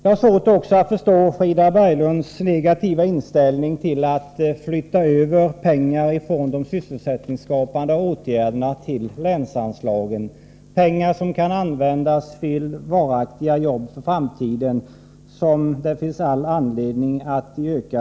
Jag har svårt att förstå Frida Berglunds negativa inställning till att flytta över pengar från anslaget till sysselsättningsskapande åtgärder till länsanslag, pengar som kan användas till varaktiga arbeten.